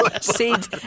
seeds